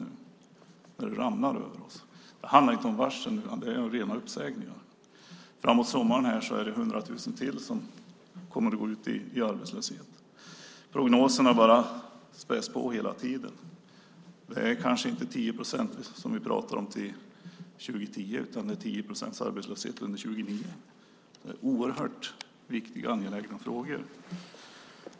Den ramlar över oss. Det handlar inte om varsel nu utan om rena uppsägningar. Fram emot sommaren är det ytterligare 100 000 som kommer att gå ut i arbetslöshet. Prognoserna späds på hela tiden. Vi kanske inte pratar om 10 procents arbetslöshet till 2010 utan 10 procents arbetslöshet under 2009. Det är oerhört viktiga och angelägna frågor.